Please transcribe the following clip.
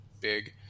big